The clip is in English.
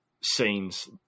scenes